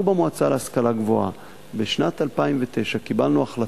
אנחנו במועצה להשכלה גבוהה קיבלנו בשנת 2009